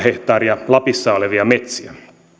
hehtaaria lapissa olevia metsiä